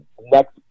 Next